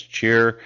Cheer